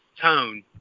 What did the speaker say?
tone